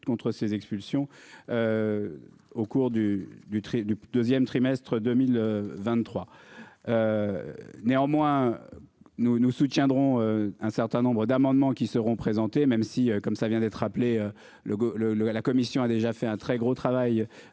contre ces expulsions. Au cours du du tri du 2ème trimestre 2023. Néanmoins, nous nous soutiendrons un certain nombre d'amendements qui seront présentés. Même si comme cela vient d'être rappelé le le le à la commission a déjà fait un très gros travail.